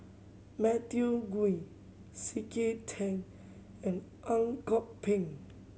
Matthew Gui C K Tang and Ang Kok Peng